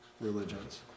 religions